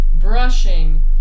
Brushing